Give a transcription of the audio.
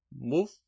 move